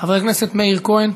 חבר הכנסת מאיר כהן.